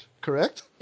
correct